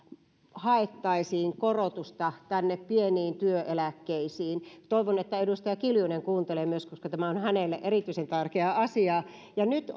haettaisiin korotusta pieniin työeläkkeisiin toivon että myös edustaja kiljunen kuuntelee koska tämä on hänelle erityisen tärkeää asiaa ja nyt